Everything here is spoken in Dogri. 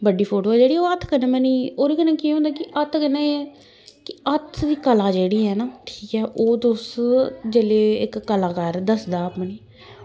बड्डी फोटो जेह्ड़ी ऐ ओह् हत्थ कन्नै बनी ओह्दे कन्नै केह् होंदा कि हत्थ कन्नै कि हत्थ दी कला जेह्ड़ी ऐ ना ठीक ऐ ओह् जेल्लै तुस इक कलाकार दसदा अपनी